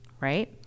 Right